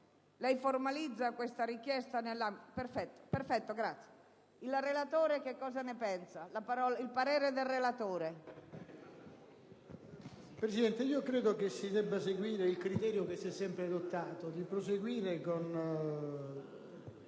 Presidente, io credo che si debba seguire il criterio che è sempre stato adottato, proseguendo con